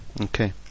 Okay